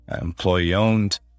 employee-owned